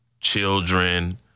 children